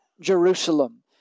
Jerusalem